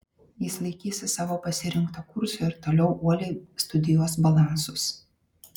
jis laikysis savo pasirinkto kurso ir toliau uoliai studijuos balansus